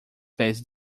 pés